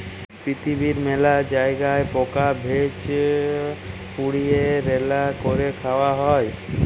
পিরথিবীর মেলা জায়গায় পকা ভেজে, পুড়িয়ে, রাল্যা ক্যরে খায়া হ্যয়ে